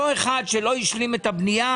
אותו אחד שלא השלים את הבנייה,